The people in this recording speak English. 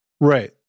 Right